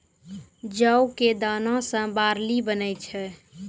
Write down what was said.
जौ कॅ दाना सॅ बार्ली बनै छै